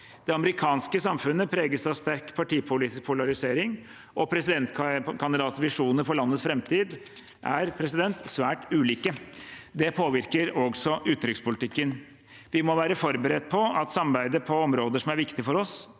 Det amerikanske samfunnet preges av sterk partipolitisk polarisering, og presidentkandidatenes visjoner for landets framtid er svært ulike. Det påvirker også utenrikspolitikken. Vi må være forberedt på at samarbeidet på områder som er viktige for oss,